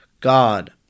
God